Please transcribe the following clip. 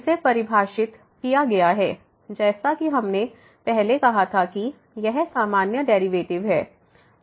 इसे परिभाषित किया गया है जैसा कि हमने पहले कहा था कि यह सामान्य डेरिवेटिव है